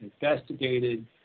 investigated